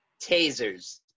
Tasers